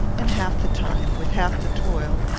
in half the time, with half the toil,